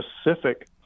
specific